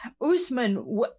Usman